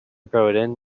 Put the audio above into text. broughton